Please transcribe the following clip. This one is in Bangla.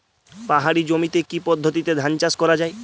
পাহাড়ী জমিতে কি পদ্ধতিতে ধান চাষ করা যায়?